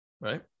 right